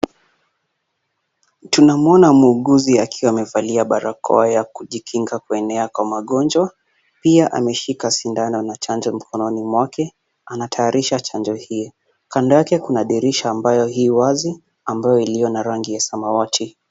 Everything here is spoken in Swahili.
Tunamuona muuguzi akiwa amevalia barakoa ya kujikinga kuenea kwa magonjwa, pia ameshika sindano na chanjo mkononi mwake, anatayarisha chanjo hiyo. Kanda yake kuna dirisha ambayo ii wazi ambayo iliyo na rangi ya samawati.